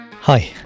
Hi